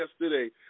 yesterday